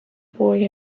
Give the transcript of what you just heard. boy